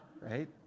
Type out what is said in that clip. right